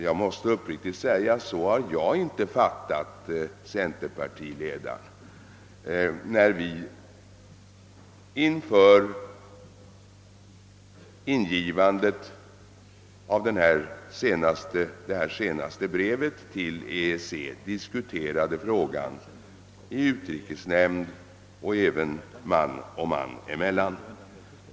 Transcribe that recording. Jag måste uppriktigt säga att jag inte uppfattade centerpartiledarens inställning på detta sätt när vi inför ingivandet av det senaste brevet till EEC diskuterade denna fråga i utrikesnämnden och även man och man emellan.